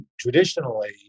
traditionally